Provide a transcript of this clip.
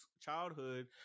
childhood